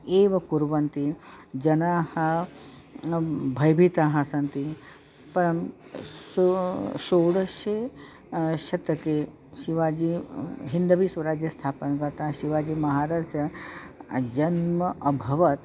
एव कुर्वन्ति जनाः भयभीताः सन्ति परं सो षोडशे शतके शिवाजी हिन्दवी स्वराज्यस्थापनकर्ता शिवाजीमहाराजस्य जन्मम् अभवत्